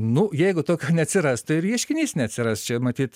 nu jeigu toks neatsiras tai ir ieškinys neatsiras čia matyt